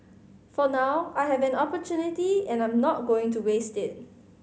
for now I have an opportunity and I'm not going to waste it